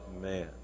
man